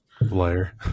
Liar